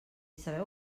sabeu